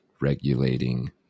regulating